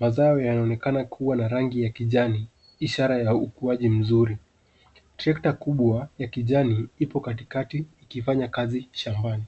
Mazao yanaonekana kuwa na rangi ya kijana ishara ya ukuwaji mzuri. Trekta kubwa yakijani ipo katikati ikifanya kazi shambani.